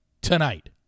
tonight